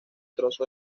trozo